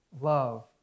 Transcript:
love